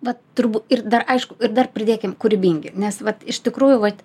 vat turbū ir dar aišku ir dar pridėkim kūrybingi nes vat iš tikrųjų vat